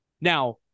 Now